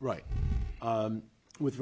right with